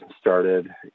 started